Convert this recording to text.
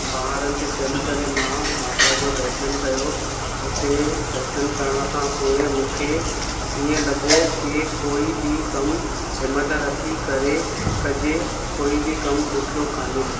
पहाड़नि ते चढ़ी करे मां माता जो दर्शनु कयो उते दर्शन करण खां पोइ मूंखे ईअं लॻो की कोई बि कमु हिमथ रखी करे कजे कोई बि कमु ॾुखियो कोन्हे